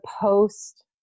post